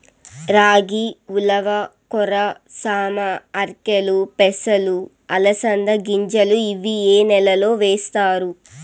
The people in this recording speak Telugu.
రాగి, ఉలవ, కొర్ర, సామ, ఆర్కెలు, పెసలు, అలసంద గింజలు ఇవి ఏ నెలలో వేస్తారు?